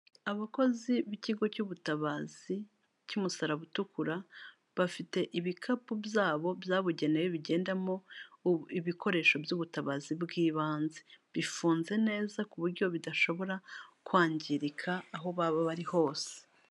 Abakozi b'ikigo cy'ubutabazi cy'umusaraba utukura, bafite ibikapu byabo byabugenewe bigendamo ibikoresho by'ubutabazi bw'ibanze, bifunze neza ku buryo bidashobora kwangirika aho baba bari hose.